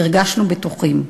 הרגשנו בטוחים.